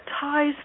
ties